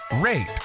rate